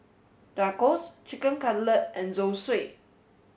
Tacos Chicken Cutlet and Zosui